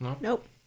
Nope